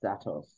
status